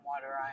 water